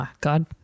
God